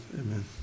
Amen